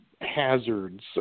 hazards